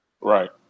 Right